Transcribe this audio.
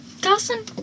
Dawson